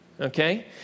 okay